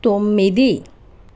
తొమ్మిది